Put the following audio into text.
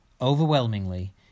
Overwhelmingly